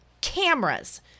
cameras